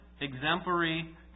exemplary